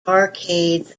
arcades